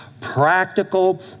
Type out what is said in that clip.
practical